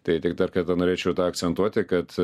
tai tik dar kartą norėčiau tą akcentuoti kad